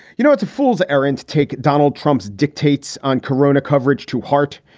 you know, it's a fool's errand to take donald trump's dictates on corona coverage to heart.